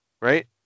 right